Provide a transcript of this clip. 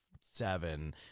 seven